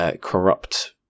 Corrupt